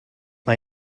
mae